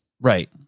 Right